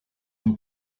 him